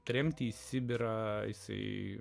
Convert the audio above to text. tremtį sibirą jisai